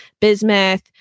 bismuth